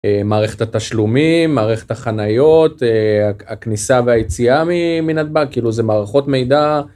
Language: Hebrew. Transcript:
מערכת התשלומים מערכת החניות הכניסה והיציאה מנתבג כאילו זה מערכות מידע.